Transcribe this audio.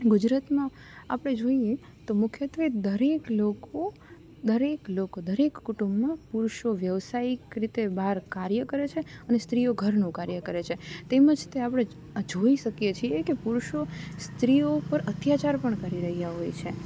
ગુજરાતમાં આપણે જોઈએ તો મુખ્યત્વે દરેક લોકો દરેક લોકો દરેક કુટુંબો પુરુષો વ્યવસાયિક રીતે બહાર કાર્ય કરે છે અને સ્ત્રીઓ ઘરનું કાર્ય કરે છે તેમજ તે આપણે જોઈ શકીએ છીએ કે પુરુષો સ્ત્રીઓ ઉપર અત્યાચાર પણ કરી રહ્યાં હોય છે